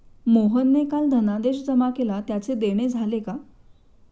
मोहनने काल धनादेश जमा केला त्याचे देणे झाले का?